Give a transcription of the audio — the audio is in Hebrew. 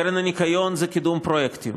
הקרן לשמירת הניקיון זה קידום פרויקטים.